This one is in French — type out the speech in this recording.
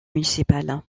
municipal